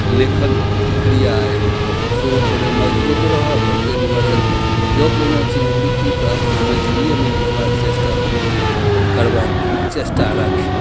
लेखन क्रिया सेहो थोड़े मजबूत रहत आओर तै दुआरे जँ कोनो चीज लिखी तऽ अपना मैथिलियेमे लिखबाक चेष्टा करबाक चेष्टा राखी